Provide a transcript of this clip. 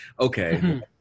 okay